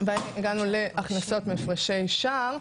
--- והגענו להכנסות מהפרשי שער.